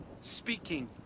speaking